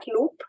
loop